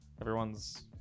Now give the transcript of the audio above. Everyone's